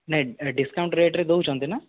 ନାଇଁ ଡିସ୍କାଉଣ୍ଟ୍ ରେଟ୍ରେ ଦେଉଛନ୍ତି ନା